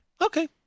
okay